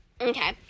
okay